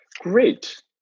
great